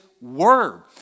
word